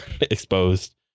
exposed